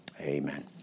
Amen